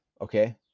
Okay